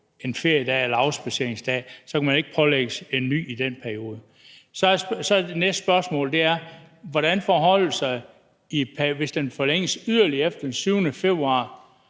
1 feriedag eller afspadseringsdag, så kan vedkommende ikke pålægges en til i den periode. Det næste spørgsmål er: Hvordan forholder det sig, hvis det forlænges yderligere efter den 7. februar?